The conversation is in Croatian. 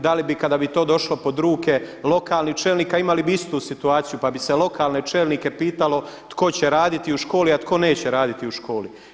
Da li bi kada bi to došlo pod ruke lokalnih čelnika, imali bi istu situaciju, pa bi se lokalne čelnike pitalo tko će raditi u školi, a tko neće raditi u školi.